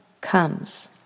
comes